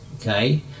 okay